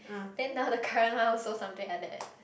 then now the current one also something like that